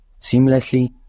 seamlessly